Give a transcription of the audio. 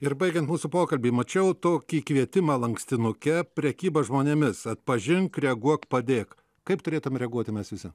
ir baigiant mūsų pokalbį mačiau tokį kvietimą lankstinuke prekyba žmonėmis atpažink reaguok padėk kaip turėtumei reaguoti mes visi